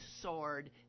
sword